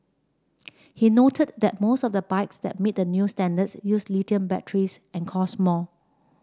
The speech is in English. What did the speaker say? he noted that most of the bikes that meet the new standards use lithium batteries and cost more